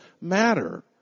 matter